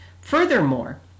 Furthermore